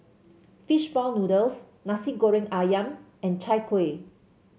fish ball noodles Nasi Goreng ayam and Chai Kuih